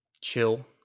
chill